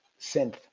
synth